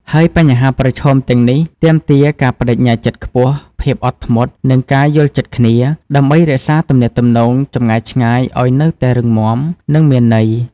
ហើយបញ្ហាប្រឈមទាំងនេះទាមទារការប្តេជ្ញាចិត្តខ្ពស់ ភាពអត់ធ្មត់ និងការយល់ចិត្តគ្នា ដើម្បីរក្សាទំនាក់ទំនងចម្ងាយឆ្ងាយឱ្យនៅតែរឹងមាំ និងមានន័យ។